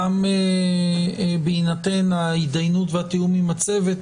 גם בהינתן ההתדיינות והתיאום עם הצוות,